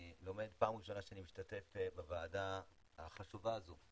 זו פעם ראשונה שאני משתתף בוועדה החשובה הזו,